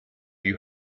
you